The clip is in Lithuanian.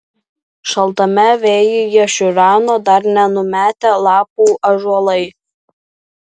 šaltame vėjyje šiureno dar nenumetę lapų ąžuolai